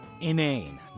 inane